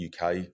UK